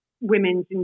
women's